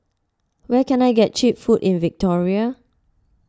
where can I get Cheap Food in Victoria